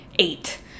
eight